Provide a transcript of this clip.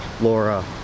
Laura